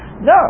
No